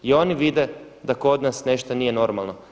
I oni vide da kod nas nešto nije normalno.